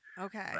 Okay